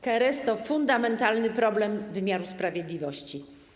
KRS to fundamentalny problem wymiaru sprawiedliwości.